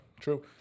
True